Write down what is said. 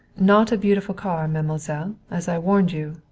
not a beautiful car, mademoiselle, as i warned you!